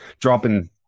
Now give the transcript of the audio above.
dropping